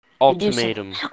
Ultimatum